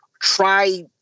try –